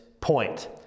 point